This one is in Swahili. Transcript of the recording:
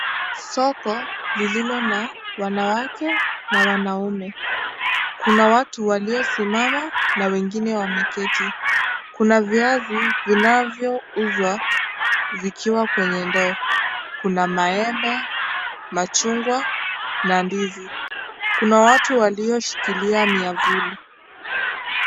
Soko lililo na wanawake na wanaume. Kuna watu waliosimama na wengine wameketi. Kuna viazi vinavyouzwa vikiwa kwenye ndoo. Kuna maembe, machungwa na ndizi. Kuna watu walioshikilia miavuli.